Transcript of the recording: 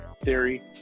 theory